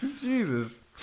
Jesus